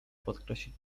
podkreślić